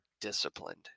disciplined